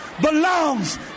belongs